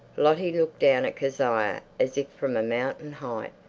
lottie looked down at kezia as if from a mountain height.